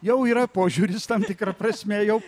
jau yra požiūris tam tikra prasme jau